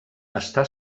està